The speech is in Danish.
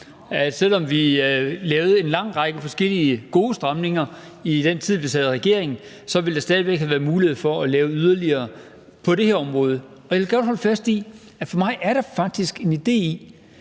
Selv om vi lavede en lang række forskellige gode stramninger i den tid, vi sad i regering, ville der stadig væk have været mulighed for at lave yderligere på det her område. Og jeg vil godt holde fast i, at for mig er der faktisk en idé i,